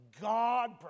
God